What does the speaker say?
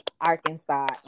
arkansas